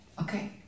okay